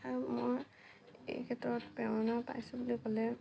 আৰু মই এই ক্ষেত্ৰত প্ৰেৰণা পাইছো বুলি ক'লে